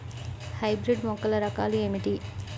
Hybrid మొక్కల రకాలు ఏమిటీ?